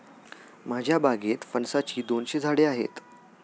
माझ्या बागेत फणसाची दोनशे झाडे आहेत